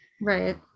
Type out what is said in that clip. right